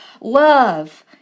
love